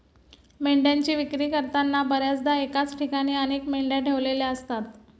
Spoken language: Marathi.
मेंढ्यांची विक्री करताना बर्याचदा एकाच ठिकाणी अनेक मेंढ्या ठेवलेल्या असतात